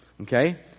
Okay